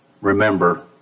remember